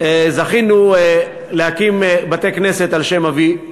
זכינו להקים בתי-כנסת על שם אבי,